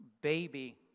baby